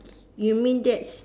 you mean that's